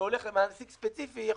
שהולך למעסיק ספציפי,